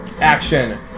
action